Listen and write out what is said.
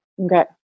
Okay